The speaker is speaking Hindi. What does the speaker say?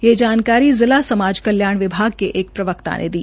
ये जानकारी जिला समाज कल्याण विभाग के एक प्रवक्ता ने दी